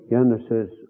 Genesis